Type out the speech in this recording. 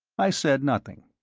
i said nothing.